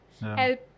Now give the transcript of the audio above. help